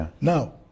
Now